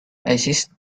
acid